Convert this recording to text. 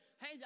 Hey